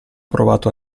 provato